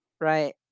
Right